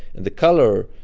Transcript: and the color,